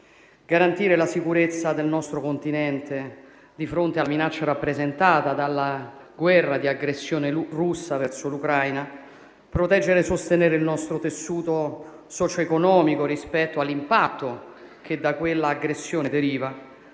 garantire la sicurezza del nostro Continente di fronte alla minaccia rappresentata dalla guerra di aggressione russa verso l'Ucraina; proteggere e sostenere il nostro tessuto socio-economico rispetto all'impatto che da quella aggressione deriva;